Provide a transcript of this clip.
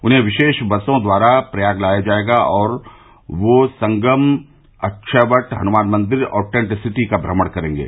उन्हें विशेष बसो द्वारा प्रयाग लाया जायेगा और वह संगम अक्षयवट हनुमान मंदिर और टेंट सिटी का भ्रमण करेंगे